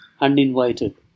uninvited